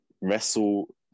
wrestle